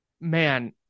man